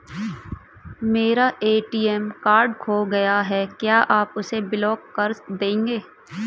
मेरा ATM card खो गया है क्या आप उसे ब्लॉक कर देंगे?